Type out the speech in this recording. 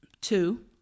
Two